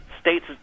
states